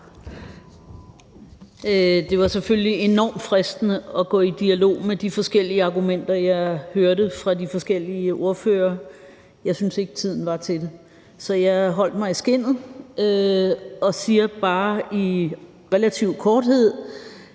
Det var selvfølgelig enormt fristende at gå i dialog omkring de forskellige argumenter, jeg hørte fra de forskellige ordførere. Men jeg syntes ikke, at tiden var til det, så jeg holdt mig i skindet og siger bare nu i relativ korthed,